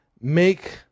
make